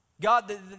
God